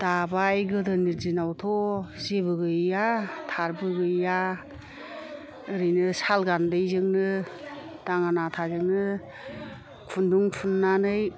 दाबाय गोदोनि दिनावथ' जेबो गैया थारबो गैया एरैनो साल गान्दैजोंनो दाङा नाथाजोंनो खुन्दुं थुननानै